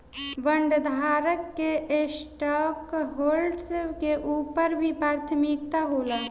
बॉन्डधारक के स्टॉकहोल्डर्स के ऊपर भी प्राथमिकता होला